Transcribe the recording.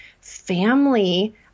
family